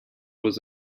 was